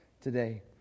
today